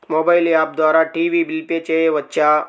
Mobile app ద్వారా TV bill pay చేయవచ్చా?